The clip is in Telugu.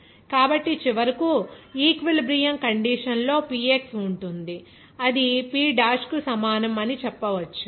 కాబట్టి చివరకు ఈక్విలిబ్రియం కండిషన్ లో Px ఉంటుంది అది P డాష్కు సమానం అని చెప్పవచ్చు